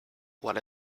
what